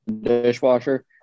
dishwasher